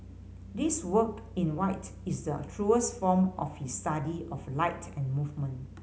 this work in white is the truest form of his study of light and movement